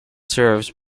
serves